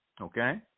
okay